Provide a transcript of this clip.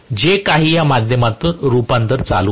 जे की या माध्यमांद्वारे रूपांतरण चालू आहे